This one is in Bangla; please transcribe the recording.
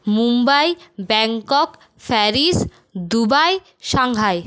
Mumbai Bangkok Paris Dubai Shanghai